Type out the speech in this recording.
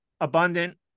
abundant